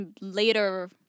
later